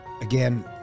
again